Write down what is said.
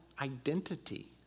identity